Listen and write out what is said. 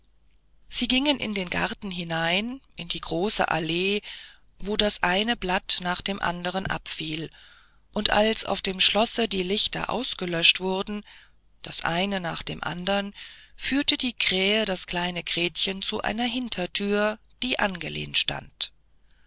sie gingen in den garten hinein in die große allee wo das eine blatt nach dem andern abfiel und als auf dem schlosse die lichter ausgelöscht wurden das eine nach dem andern führte die krähe das kleine gretchen zu einer hinterthür die angelehnt stand